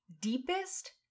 deepest